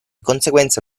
conseguenza